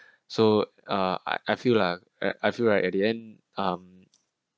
so uh I I feel lah I feel right at the end um